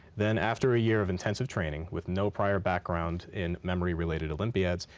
then after a year of intensive training with no prior background in memory-related olympiads,